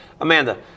Amanda